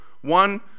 One